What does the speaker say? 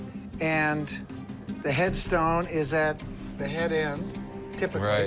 and the headstone is at the head end typically. right.